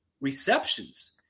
receptions